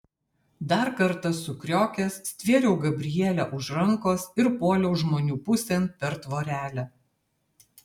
dar kartą sukriokęs stvėriau gabrielę už rankos ir puoliau žmonių pusėn per tvorelę